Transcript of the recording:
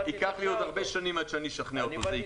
ייקח לי עוד הרבה שנים עד שאני אשכנע אותו.